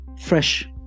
Fresh